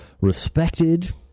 respected